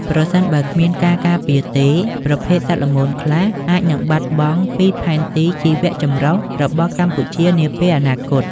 ប្រសិនបើគ្មានការការពារទេ ប្រភេទសត្វល្មូនខ្លះអាចនឹងបាត់បង់ពីផែនទីជីវចម្រុះរបស់កម្ពុជានាពេលអនាគត។